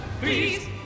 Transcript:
please